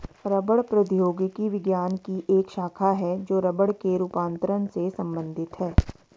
रबड़ प्रौद्योगिकी विज्ञान की एक शाखा है जो रबड़ के रूपांतरण से संबंधित है